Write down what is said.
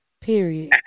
Period